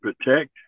protect